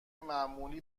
معمولی